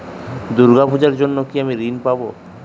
দুর্গা পুজোর জন্য কি আমি ঋণ পাবো?